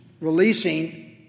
Releasing